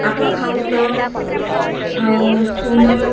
आपण खाऊ तर समोर